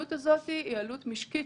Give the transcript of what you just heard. העלות הזאת היא עלות משקית.